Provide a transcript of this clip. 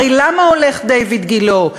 הרי למה הולך דיויד גילה?